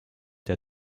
der